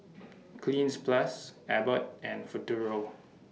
Cleanz Plus Abbott and Futuro